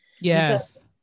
Yes